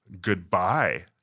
goodbye